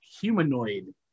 humanoid